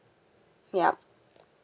yup